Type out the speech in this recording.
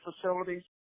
facilities